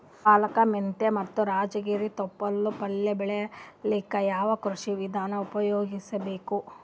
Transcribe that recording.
ಪಾಲಕ, ಮೆಂತ್ಯ ಮತ್ತ ರಾಜಗಿರಿ ತೊಪ್ಲ ಪಲ್ಯ ಬೆಳಿಲಿಕ ಯಾವ ಕೃಷಿ ವಿಧಾನ ಉಪಯೋಗಿಸಿ ಬೇಕು?